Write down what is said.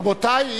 רבותי,